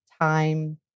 time